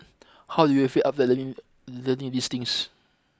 how do you feel after learning learning these things